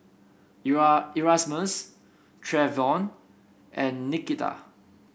Erasmus Treyvon and Nikita